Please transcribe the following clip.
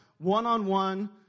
one-on-one